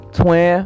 twin